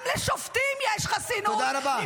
-- גם לשופטים יש חסינות -- תודה רבה.